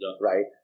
Right